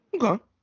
Okay